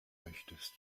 möchtest